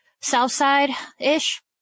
Southside-ish